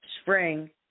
spring